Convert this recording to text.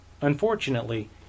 Unfortunately